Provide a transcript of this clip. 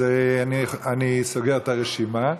אז אני סוגר את הרשימה.